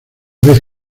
vez